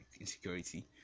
insecurity